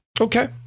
okay